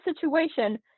situation